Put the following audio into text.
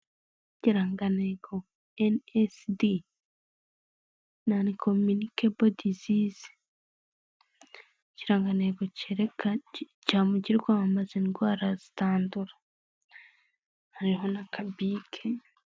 Ikirangantego eni esi di nanikominikebo dizizi. Ikirangantego cyerekana indwara zitandura, hariho n'akabike.